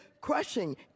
Crushing